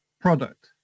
product